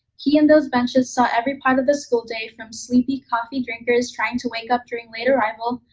he and those benches saw every part of the school day, from sleepy coffee drinkers trying to wake up during late arrival,